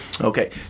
Okay